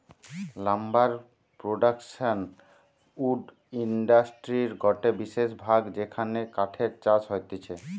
lumber production wood ইন্ডাস্ট্রির গটে বিশেষ ভাগ যেখানে কাঠের চাষ হতিছে